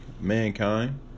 mankind